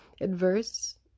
adverse